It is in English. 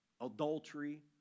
adultery